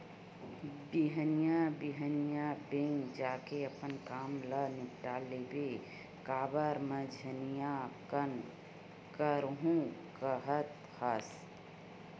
बिहनिया बिहनिया बेंक जाके अपन काम ल निपाट लेबे काबर मंझनिया कन करहूँ काहत हस